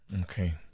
okay